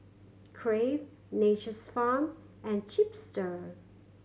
Crave Nature's Farm and Chipster